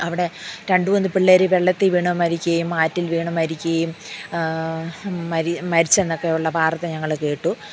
അവിടെ രണ്ട് മൂന്ന് പിള്ളേര് വെള്ളത്തിൽ വീണു മരിക്കുകയും ആറ്റിൽ വീണു മരിക്കുകയും മരിച്ചെന്നൊക്കെയുള്ള വാർത്ത ഞങ്ങൾ കേട്ടു